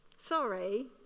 Sorry